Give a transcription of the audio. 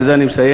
בזה אני מסיים.